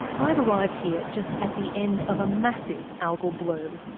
i've arrived here just at the end of a massive algal bloom.